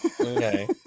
Okay